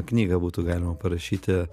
knygą būtų galima parašyti